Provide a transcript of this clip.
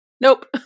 nope